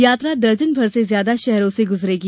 यात्रा दर्जन भर से ज्यादा शहरों से गुजरेगी